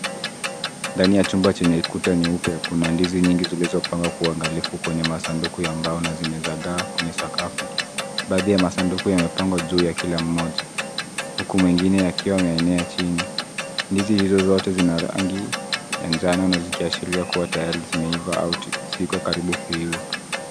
Ndani ya chumba chenye ukuta mweupe kuna ndizi nyingi zilizo pangwa kwenye masanduku ya mbao na zimezagaa kwenye sakafu. Baadhi ya masanduku yamepangwa juu ya kila moja huku mengine yakiwa yameenea chini. Ndizi hizo zote zina rangi ya njano zikiashiria kuwa ziko karibu kuiva au tayari zimeiva.